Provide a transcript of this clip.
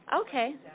Okay